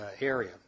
area